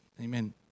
amen